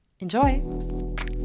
Enjoy